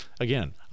again